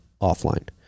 offline